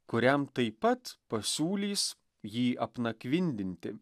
kuriam taip pat pasiūlys jį apnakvindinti